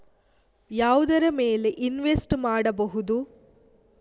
ಯಾವುದರ ಮೇಲೆ ಇನ್ವೆಸ್ಟ್ ಮಾಡಬಹುದು?